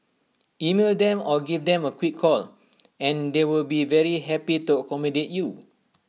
email them or give them A quick call and they will be very happy to accommodate you